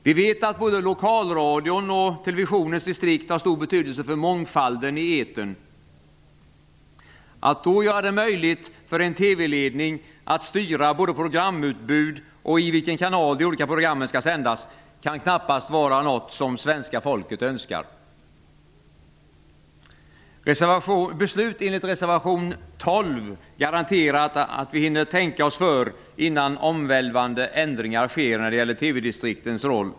Vi vet att både lokalradion och televisionens distrikt har stor betydelse för mångfalden i etern. Att då göra det möjligt för en TV-ledning att styra både programutbud och i vilken kanal de olika programmen skall sändas kan knappast vara något som svenska folket önskar. Ett beslut enligt reservation 12 garanterar att vi hinner tänka oss för innan omvälvande ändringar sker när det gäller TV-distriktens roll.